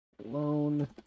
Alone